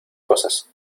cosas